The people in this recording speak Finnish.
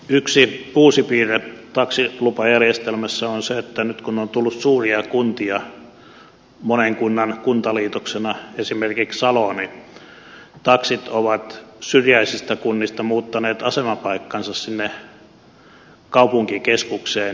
yksi uusi piirre taksilupajärjestelmässä on se että nyt kun on tullut suuria kuntia monen kunnan kuntaliitoksena esimerkiksi saloon niin taksit ovat syrjäisistä kunnista muuttaneet asemapaikkansa sinne kaupunkikeskukseen